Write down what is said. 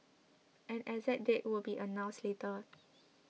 an exact date will be announced later